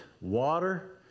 water